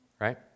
right